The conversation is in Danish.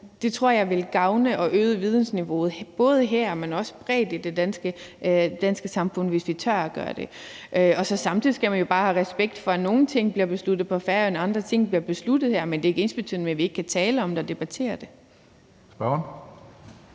i hvert fald vil gavne og øge vidensniveauet, både her, men også bredt i det danske samfund, hvis vi tør gøre det. Samtidig skal man jo bare have respekt for, at nogle ting bliver besluttet på Færøerne, og at andre ting bliver besluttet her, men det er ikke ensbetydende med, at vi ikke kan tale om det og debattere det. Kl.